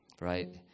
right